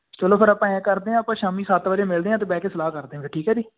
ਚਲੋ ਫਿਰ ਆਪਾਂ ਐਂ ਕਰਦੇ ਹਾਂ ਆਪਾਂ ਸ਼ਾਮੀ ਸੱਤ ਵਜੇ ਮਿਲਦੇ ਹਾਂ ਅਤੇ ਬਹਿ ਕੇ ਸਲਾਹ ਕਰਦੇ ਹਾਂ ਫਿਰ ਠੀਕ ਹੈ ਜੀ